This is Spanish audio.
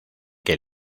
que